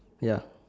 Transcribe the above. ya